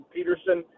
Peterson